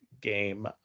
game